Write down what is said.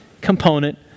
component